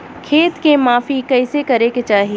खेत के माफ़ी कईसे करें के चाही?